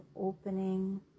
opening